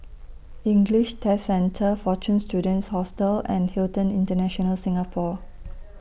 English Test Centre Fortune Students Hostel and Hilton International Singapore